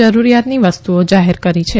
જરૂરીયાતની વસ્તુઓ જાહેર કરી છે